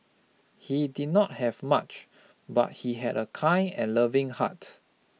he did not have much but he had a kind and loving heart